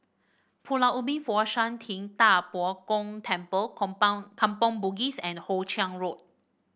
Pulau Ubin Fo Shan Ting Da Bo Gong Temple Kampong Bugis and Hoe Chiang Road